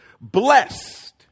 blessed